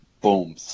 boom